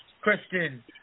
Kristen